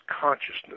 consciousness